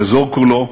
האזור כולו,